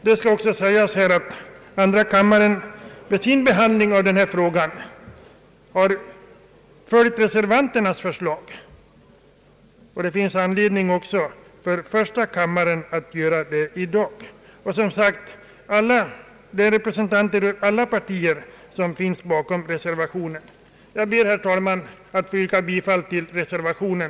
Det kan tilläggas att andra kammaren vid sin behandling av denna fråga följde reservanternas förslag. Det finns alla skäl för första kammaren att handla på samma sätt i dag. Herr talman! Jag ber att få yrka bifall till reservationen.